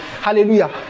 Hallelujah